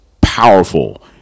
powerful